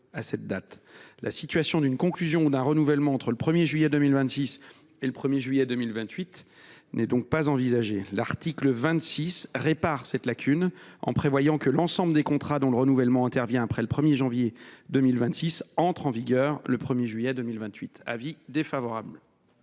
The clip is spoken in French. à cette date ; mais la situation d’une conclusion ou d’un renouvellement intervenant entre le 1 juillet 2026 et le 1 juillet 2028 n’est pas envisagée. L’article 26 répare cette lacune, en prévoyant que l’ensemble des contrats dont le renouvellement intervient après le 1 juillet 2026 entrent en vigueur au 1 juillet 2028. La